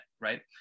right